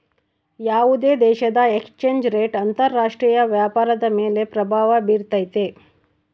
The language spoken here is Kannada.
ಯಾವುದೇ ದೇಶದ ಎಕ್ಸ್ ಚೇಂಜ್ ರೇಟ್ ಅಂತರ ರಾಷ್ಟ್ರೀಯ ವ್ಯಾಪಾರದ ಮೇಲೆ ಪ್ರಭಾವ ಬಿರ್ತೈತೆ